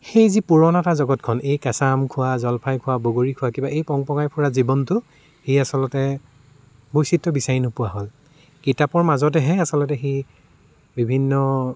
সেই যি পুৰণা তাৰ জগতখন এই কেঁচা আম খোৱা জলফাই খোৱা বগৰী খোৱা কিবা এই পংপঙাই ফুৰা জীৱনটো সি আচলতে বৈচিত্ৰ বিচাৰি নোপোৱা হ'ল কিতাপৰ মাজতেহে আচলতে সি বিভিন্ন